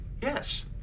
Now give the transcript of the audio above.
Yes